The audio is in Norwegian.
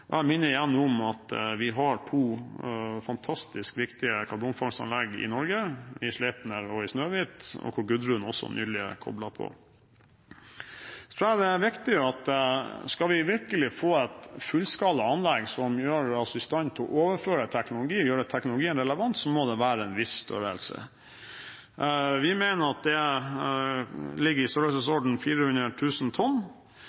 minner igjen om at vi har to fantastisk viktige karbonfangstanlegg i Norge, i Sleipner og i Snøhvit, og hvor Gudrun også nylig er koblet på. Jeg tror det er viktig at skal vi virkelig få et fullskalaanlegg som gjør oss i stand til å overføre teknologi, gjøre teknologien relevant, så må det være av en viss størrelse. Vi mener at det ligger i størrelsesorden 400 000 tonn